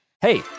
Hey